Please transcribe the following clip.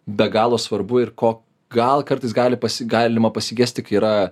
be galo svarbu ir ko gal kartais gali pasi galima pasigesti kai yra